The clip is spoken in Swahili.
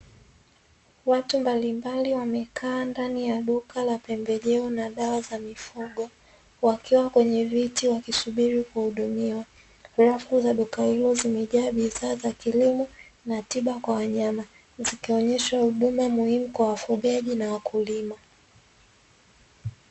watu mbalimbali wamekaa ndani ya duka la pembejeo na dawa za mifugo, wakiwa kwenye viti wakisubiri kuhudumiwa ,rafu za duka hilo likiwa limejaa bidhaa za kilimo na tiba kwa wanyama ,zikionyesha huduma muhimu kwa wafugaji na wakulima .